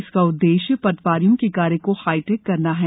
इसका उद्देश्य पटवारियों के कार्य को हाईटेक करना है